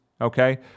okay